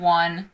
one